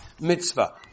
mitzvah